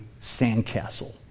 sandcastle